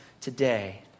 Today